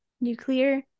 nuclear